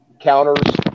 counters